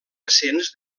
recents